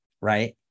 right